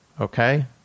Okay